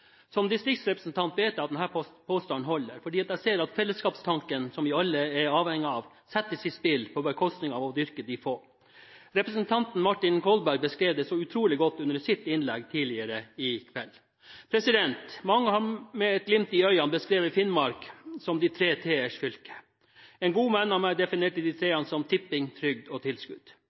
Som distriktsrepresentant vet jeg at denne påstanden holder, fordi jeg ser at fellesskapstanken som vi alle er avhengig av, settes i spill på bekostning av å dyrke de få. Representanten Martin Kolberg beskrev det så utrolig godt i sitt innlegg tidligere i kveld. Mange har med glimt i øyet beskrevet Finnmark som de tre t-ers fylke. En god venn av meg definerte de tre t-ene som tipping, trygd og tilskudd.